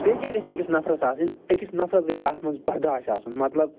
بیٚیہِ کیٛاہ گَژھِ أکِس نفرس آسٕنۍ أکِس نفرس گَژھِ اتھ منٛز برداش آسُن مطلب